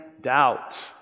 doubt